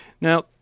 Now